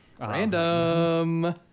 Random